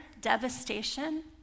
devastation